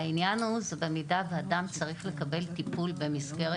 העניין הוא שבמידה שאדם צריך לקבל טיפול במסגרת